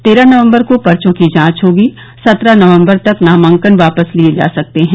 तेरह नवम्बर को पर्चो की जांच होगी सत्रह नवम्बर तक नामांकन वापस लिये जा सकते हैं